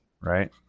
right